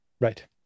Right